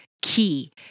key